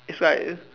it's like